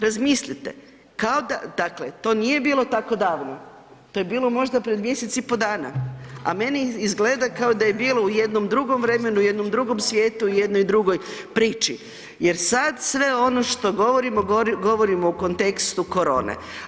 Razmislite, dakle to nije bilo tako davno, to je bilo možda prije mjesec i pol dana, a meni izgleda kao da je bilo u jednom drugom vremenu, u jednom drugom svijetu, u jednoj drugoj priči jer sad sve ono što govorimo, govorimo u kontekstu korone.